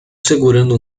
segurando